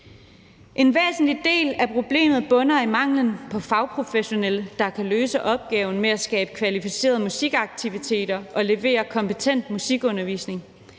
En væsentlig del af problemet bunder i manglen på fagprofessionelle, der kan løse opgaven med at skabe kvalificerede musikaktiviteter og levere kompetent musikundervisning.